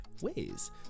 ways